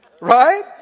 Right